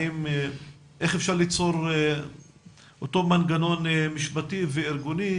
איך אפשר ליצור אותו מנגנון משפטי וארגוני?